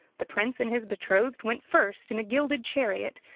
the prince and his betrothed went first in a gilded chariot,